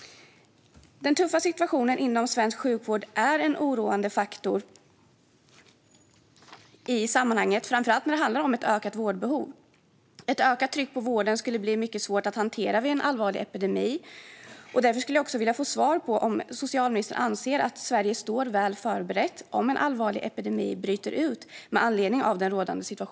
Den tuffa situationen inom svensk sjukvård är en oroande faktor i sammanhanget, framför allt när det handlar om ett ökat vårdbehov. Ett ökat tryck på vården skulle bli mycket svårt att hantera vid en allvarlig epidemi. Med anledning av den rådande situationen inom svensk hälso och sjukvård skulle jag vilja få svar på om socialministern anser att Sverige står väl förberett om en allvarlig epidemi bryter ut.